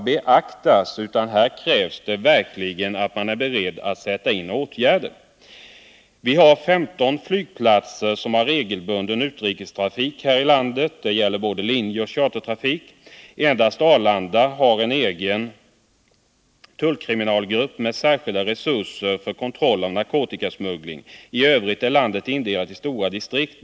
Men man får inte nöja sig med att enbart beakta frågorna, utan man måste också vara beredd att sätta in kraftfulla åtgärder. Vi har i vårt land 15 flygplatser med regelbunden utrikestrafik. Häri inkluderas då både linjeoch chartertrafiken. Endast Arlanda har en egen tullkriminalgrupp med särskilda resurser för kontroll av narkotikasmuggling. I övrigt är landet indelat i stora distrikt.